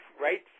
right